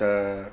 त